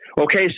Okay